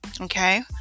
Okay